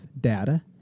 data